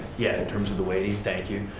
yeah in terms of the weighting. thank you.